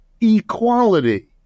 equality